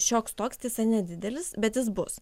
šioks toks tiesa nedidelis bet jis bus